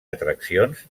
atraccions